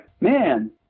man